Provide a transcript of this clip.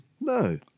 No